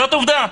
זאת עובדה.